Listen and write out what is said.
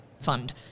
fund